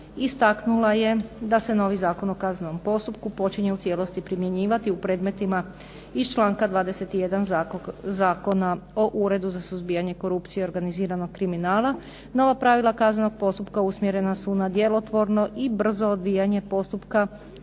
istaknula je da se novi Zakon o kaznenom postupku počinje u cijelosti primjenjivati u predmetima iz članka 21. Zakona o uredu za suzbijanje korupcije i organiziranog kriminala. Nova pravila kaznenog postupka usmjerena su na djelotvorno i brzo odvijanje postupka